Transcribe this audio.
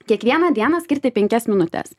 kiekvieną dieną skirti penkias minutes